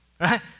right